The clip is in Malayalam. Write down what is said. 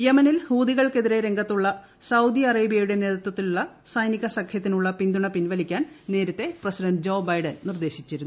യ്യെമനിൽ ഹൂതികൾക്ക് എതിരെ രംഗത്തുള്ള സൌദി അറേബ്യയുടെ നേതൃത്വത്തിള്ള സൈനികസഖ്യത്തിനുള്ള പിന്തുണ പിൻവലിക്കാൻ നേരത്തെ പ്രസിഡന്റ് ജോ ബൈഡൻ നിർദേശിച്ചിരുന്നു